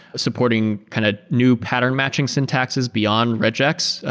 supporting kind of new pattern matching syntaxes beyond regex,